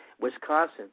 Wisconsin